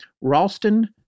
Ralston